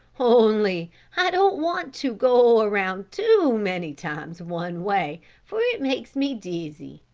only i don't want to go around too many times one way for it makes me dizzy.